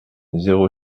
zéro